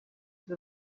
the